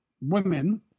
women